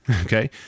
Okay